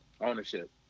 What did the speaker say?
Ownership